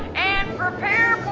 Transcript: and prepare